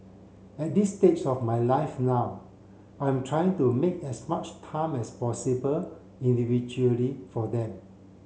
at this stage of my life now I'm trying to make as much time as possible individually for them